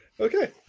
Okay